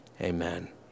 Amen